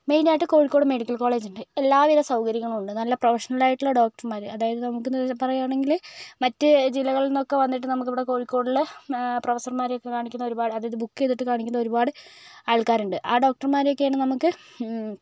main ആയിട്ട് Kozhikode medical college ഉണ്ട് എല്ലാ വിധ സൗകര്യങ്ങളും ഉണ്ട് നല്ല പ്രൊഫഷണൽ ആയിട്ടുള്ള ഡോക്ടർമാർ അതായത് നമുക്കെന്ന് പറയുകയാണെങ്കിൽ മറ്റു ജില്ലകളിൽ നിന്നൊക്കെ വന്നിട്ട് നമുക്കിവിടെ കോഴിക്കോടിലെ പ്രൊഫസർമാരെയൊക്കെ കാണിക്കുന്ന ഒരുപാട് അതായത് ബുക്ക് ചെയ്തിട്ട് കാണിക്കുന്ന ഒരുപാട് ആൾക്കാരുണ്ട് ആ ഡോക്ടർമാരെ ഒക്കെയാണ് നമുക്ക്